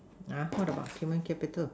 what about human capital